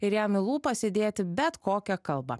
ir jam į lūpas įdėti bet kokią kalbą